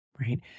right